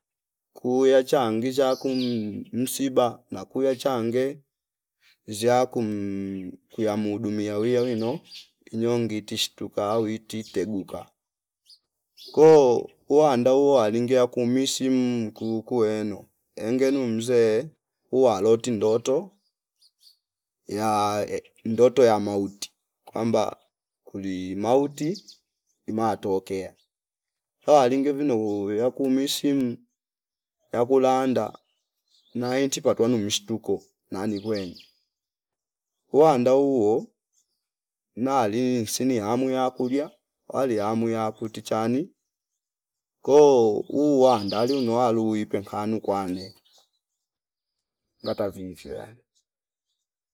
Kuuya changisha kum msiba nakuya change ziya kum kuyamuudumia wiya wino inyongi itishi shtuka witi teguka koo uwanda uowalinga yakumism kukuweno enge numze uwaloti ndoto ya ndoto ya mauti kwamba kuli mauti imatokea twalinge vino vuyu yakumisim yakulanda nainti patwa na mshtuko nani kwene uwanda huo nali insina hamu ya kulia wali hamu ya kuti chani ko uwa ndali unowa luipwe khanu kwane ngata vivyo yani